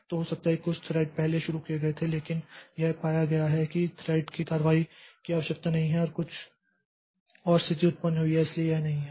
तो हो सकता है कि कुछ थ्रेड पहले शुरू किए गए थे लेकिन यह पाया गया है कि उस थ्रेड की कार्रवाई की आवश्यकता नहीं है कुछ और स्थिति उत्पन्न हुई है और इसलिए यह नहीं है